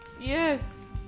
yes